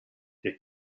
der